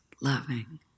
loving